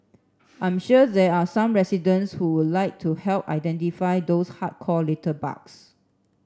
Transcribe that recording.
I'm sure there are some residents who would like to help identify those hardcore litterbugs